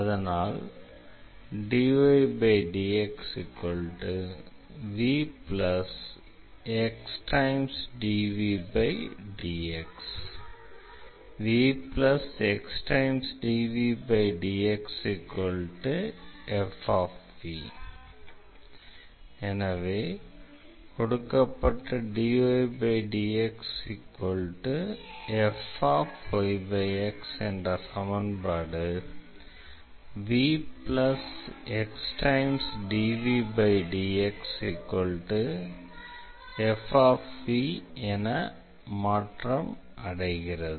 அதனால் dydxvxdvdx vxdvdxfv எனவே கொடுக்கப்பட்ட dydxfyx என்ற சமன்பாடு vxdvdxfv என மாற்றமடைகிறது